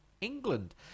England